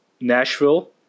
Nashville